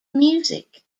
music